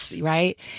right